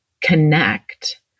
connect